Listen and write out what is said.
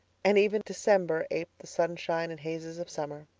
and even december aped the sunshine and hazes of summer.